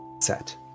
set